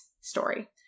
story